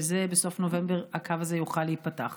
שבסוף נובמבר הקו הזה יוכל להיפתח.